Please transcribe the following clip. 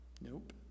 Nope